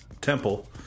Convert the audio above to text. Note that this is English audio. temple